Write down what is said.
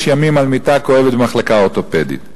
ימים על מיטה כואבת במחלקה האורתופדית.